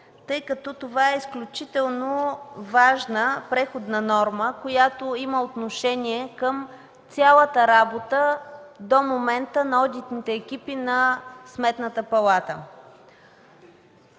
тъй като това е изключително важна преходна норма, която има отношение към цялата работа до момента на одитните екипи на Сметната палата.